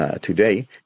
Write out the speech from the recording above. today